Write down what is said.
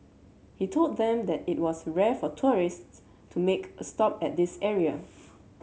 he told them that it was rare for tourists to make a stop at this area